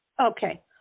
Okay